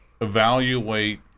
evaluate